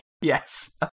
Yes